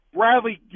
Bradley